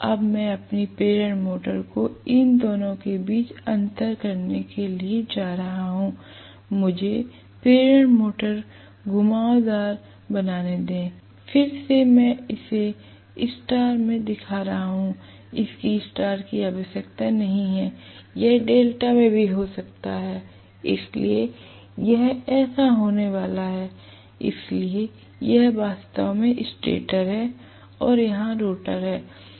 अब मैं अपनी प्रेरण मोटर को इन दोनों के बीच अंतर करने के लिए यहां ले जा रहा हूं मुझे प्रेरण मोटर घुमावदार बनाने दें फिर से मैं इसे स्टार में दिखा रहा हूं इसकी स्टार में आवश्यकता नहीं हैयह डेल्टा में भी हो सकता है इसलिए यह ऐसे होने वाला है इसलिए यह वास्तव में स्टेटर है और यहां रोटर है